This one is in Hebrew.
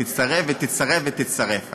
תצטרף ותצטרף ותצטרף,